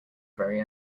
very